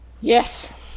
Yes